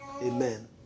Amen